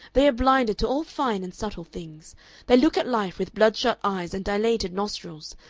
they are blinded to all fine and subtle things they look at life with bloodshot eyes and dilated nostrils.